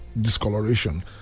discoloration